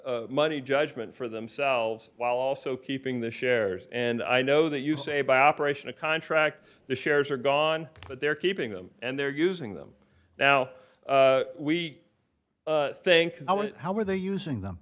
the money judgment for themselves while also keeping the shares and i know that you say by operation a contract the shares are gone but they're keeping them and they're using them now we think how are they using them